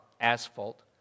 asphalt